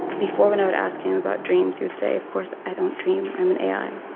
before, when i would ask him about dreams, he would say, of course, i don't dream i'm an ai.